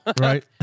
Right